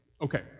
Okay